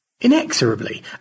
inexorably